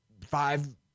five